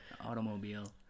automobile